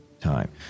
time